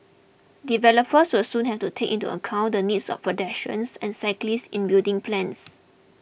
developers will soon have to take into account the needs of pedestrians and cyclists in building plans